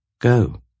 Go